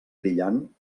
brillant